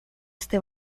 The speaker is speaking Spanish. este